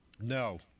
No